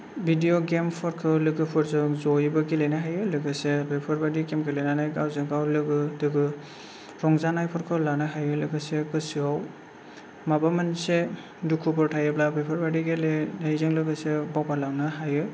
भिदिअ गेमफोरखौ लोगोफोरजों ज'यैबो गेलेनो हायो लोगोसे बेफोरबादि गेम गेलेनानै गावजों गाव लोगो थोगो रंजानायफोरखौ लानो हायो लोगोसे गोसोआव माबा मोनसे दुखुफोर थायोब्ला बेफोरबादि गेलेनायजों लोगोसे बावगारलांनो हायो